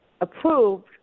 approved